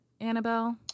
Annabelle